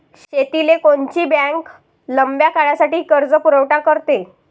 शेतीले कोनची बँक लंब्या काळासाठी कर्जपुरवठा करते?